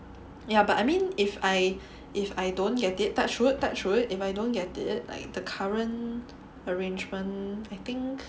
yeah but I mean if I if I don't get it touch wood touch wood if I don't get it like the current arrangement I think